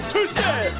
Tuesday